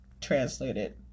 translated